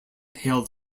hailed